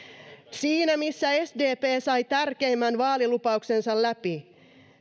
siinä missä sdp sai tärkeimmän vaalilupauksensa läpi sen